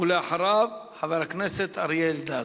ואחריו, חבר הכנסת אריה אלדד.